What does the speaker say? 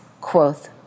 quoth